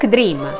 Dream